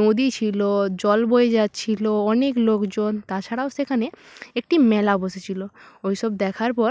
নদী ছিলো জল বয়ে যাচ্ছিলো অনেক লোকজন তাছাড়াও সেখানে একটি মেলা বসেছিলো ওই সব দেখার পর